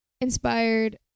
inspired